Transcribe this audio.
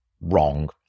wrong